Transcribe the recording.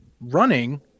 running